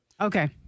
Okay